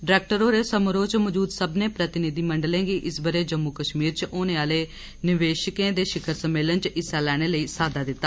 director होरें समारोह च मौजूद सब्बनें प्रतिनिधिमंडलें गी इस बारे जम्मू कश्मीर च होने आहलें निवेशकें दे शिखर सम्मेलन च हिस्सा लैने लेई साद्दा दिता